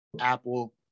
Apple